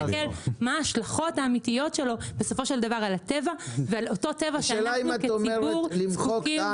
צריך להסתכל מה ההשלכות האמיתיות שלו על הטבע שאנחנו כציבור זקוקים לו.